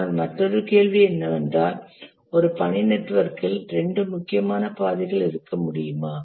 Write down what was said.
ஆனால் மற்றொரு கேள்வி என்னவென்றால் ஒரு பணி நெட்வொர்க்கில் இரண்டு முக்கியமான பாதைகள் இருக்க முடியுமா